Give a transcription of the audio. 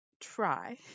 try